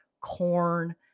corn